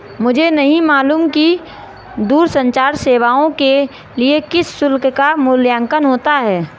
मुझे नहीं मालूम कि दूरसंचार सेवाओं के लिए किस शुल्क का मूल्यांकन होता है?